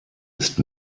ist